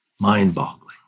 Mind-boggling